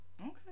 Okay